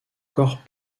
corps